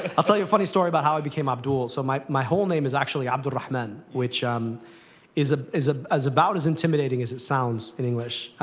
i'll tell you a funny story about how i became abdul. so, my my whole name is actually abdulrahman, which um is ah is ah as about as intimidating as it sounds in english.